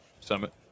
summit